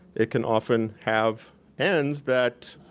it can often have ends that